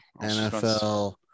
NFL